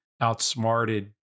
outsmarted